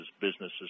businesses